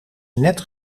net